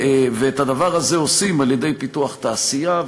ואת הדבר הזה עושים על-ידי פיתוח תעשייה,